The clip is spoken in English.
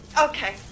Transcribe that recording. Okay